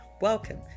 Welcome